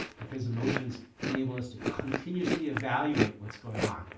because emotions enable us to continuously evaluate what's going on.